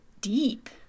deep